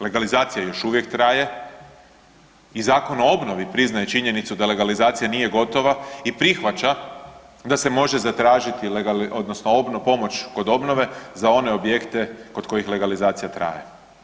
Legalizacija još uvijek traje i Zakon o obnovi priznaje činjenicu da legalizacija nije gotova i prihvaća da se može zatražiti … odnosno pomoć kod obnove za one objekte kod kojih legalizacija traje.